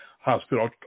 hospital